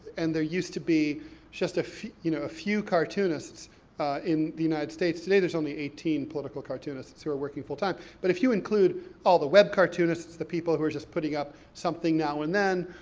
and there used to be just a few, you know, a few cartoonists in the united states. today there's only eighteen political cartoonists who are working full time. but if you include all the web cartoonists, the people who are just putting up something now and then,